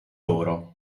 loro